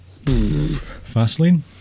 Vaseline